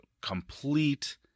complete